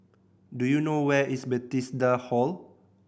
do you know where is Bethesda Hall